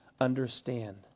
understand